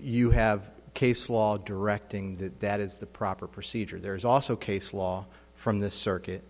you have case law directing that that is the proper procedure there is also case law from the circuit